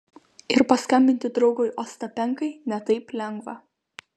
ir paskambinti draugui ostapenkai ne taip lengva